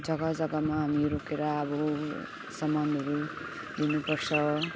जग्गा जग्गामा हामी रोकेर अब ऊ यो सामानहरू किन्नुपर्छ